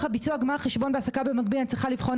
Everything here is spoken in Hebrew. ביצוע גמר החשבון בהעסקה במקביל אני צריכה לבחון